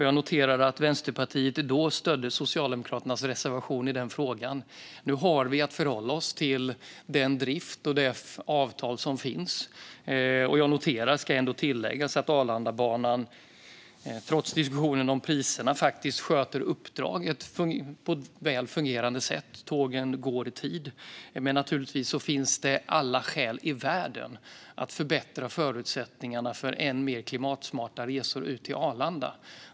Jag noterar att Vänsterpartiet då stödde Socialdemokraternas reservation i frågan. Nu har vi att förhålla oss till den drift och det avtal som finns. Det ska ändå tilläggas att Arlandabanan, trots diskussionen om priserna, faktiskt sköter uppdraget på ett väl fungerande sätt. Tågen går i tid. Men naturligtvis finns det alla skäl i världen att förbättra förutsättningarna för än mer klimatsmarta resor ut till Arlanda.